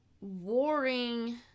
warring